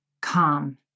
calm